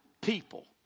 people